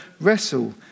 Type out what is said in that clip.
wrestle